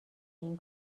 این